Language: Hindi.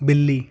बिल्ली